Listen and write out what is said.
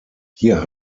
hier